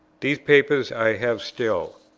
these papers i have still.